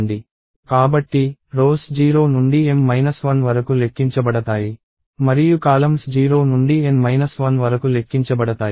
కాబట్టి రోస్ 0 నుండి m 1 వరకు లెక్కించబడతాయి మరియు కాలమ్స్ 0 నుండి n 1 వరకు లెక్కించబడతాయి